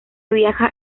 viaja